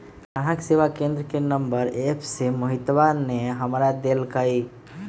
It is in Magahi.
ग्राहक सेवा केंद्र के नंबर एप्प से मोहितवा ने हमरा देल कई